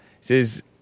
says